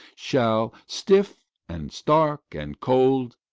shall, stiff and stark and cold,